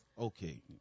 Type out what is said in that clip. Okay